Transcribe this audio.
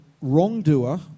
wrongdoer